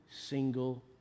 single